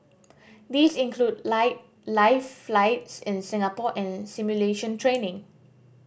these include lie live flights in Singapore and simulation training